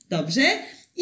Dobrze